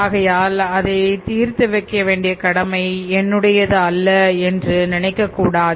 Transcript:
ஆகையால் அதை தீர்த்து வைக்க வேண்டிய கடமை என்னுடையது அல்ல என்று நினைக்கக் கூடாது